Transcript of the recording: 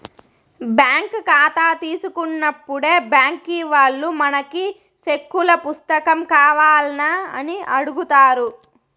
bank కాతా తీసుకున్నప్పుడే బ్యాంకీ వాల్లు మనకి సెక్కుల పుస్తకం కావాల్నా అని అడుగుతారు